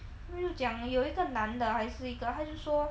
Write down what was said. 因为就讲有一个男的还是一个他就说